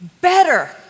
better